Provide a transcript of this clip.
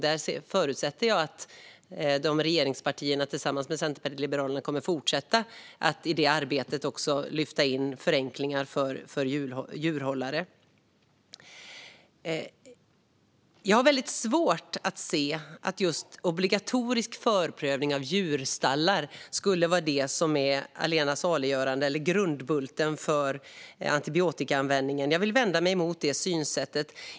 Där förutsätter jag att regeringspartierna tillsammans med Centerpartiet och Liberalerna kommer att fortsätta att i det arbetet också lyfta in förenklingar för djurhållare. Jag har väldigt svårt att se att just obligatorisk förprövning av djurstallar skulle vara det allena saliggörande eller grundbulten när det gäller antibiotikaanvändningen. Jag vill vända mig mot det synsättet.